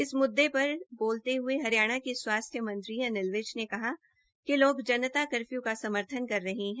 इस मुद्दे पर बोलते हुए हरियाणा के स्वास्थ्य एंव गृह मंत्री अनिल विज ने कहा कि लोग जनता कर्फ्यू का समर्थन कर रहे हैं